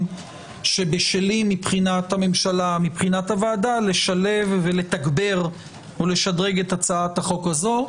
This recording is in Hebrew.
שבשלים מבחינת הממשלה והוועדה לשלב ולתגבר או לשדרג את הצעת החוק הזו.